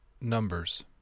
Numbers